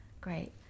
great